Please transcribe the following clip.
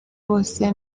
bose